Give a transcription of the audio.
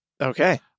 Okay